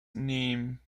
name